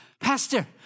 Pastor